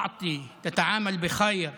לתת יחס טוב,